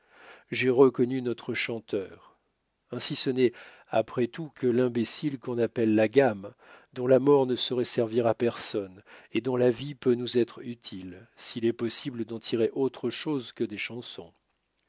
j'ai reconnu notre chanteur ainsi ce n'est après tout que l'imbécile qu'on appelle la gamme dont la mort ne saurait servir à personne et dont la vie peut nous être utile s'il est possible d'en tirer autre chose que des chansons